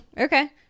okay